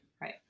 Right